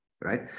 right